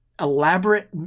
elaborate